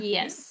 Yes